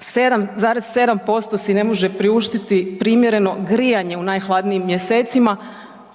7,7% si ne može priuštiti primjereno grijanje u najhladnijim mjesecima,